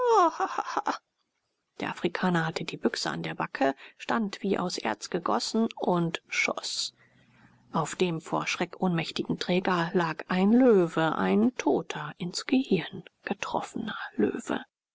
der afrikaner hatte die büchse an der backe stand wie aus erz gegossen und schoß auf dem vor schreck ohnmächtigen träger lag ein löwe ein toter ins gehirn getroffener löwe